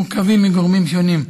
מעוכבים מגורמים שונים.